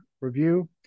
review